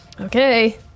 Okay